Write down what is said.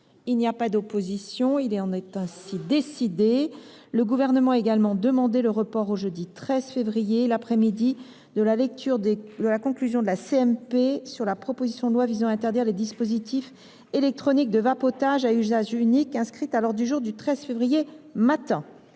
Il n’y a pas d’opposition ?… Il en est ainsi décidé. Le Gouvernement a également demandé le report au jeudi 13 février, l’après midi, de la lecture des conclusions de la commission mixte paritaire sur la proposition de loi visant à interdire les dispositifs électroniques de vapotage à usage unique, inscrite à l’ordre du jour du 13 février matin.